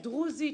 הדרוזית,